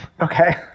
Okay